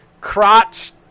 crotch